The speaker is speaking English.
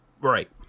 Right